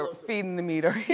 ah feeding the meter.